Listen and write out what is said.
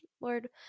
Lord